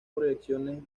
proyecciones